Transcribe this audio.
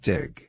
Dig